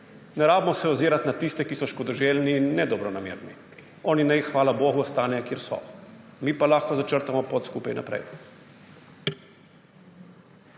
Ne rabimo se ozirati na tiste, ki so škodoželjni in ne dobronamerni. Oni naj, hvala bogu, ostanejo, kjer so, mi pa lahko začrtamo pot skupaj naprej.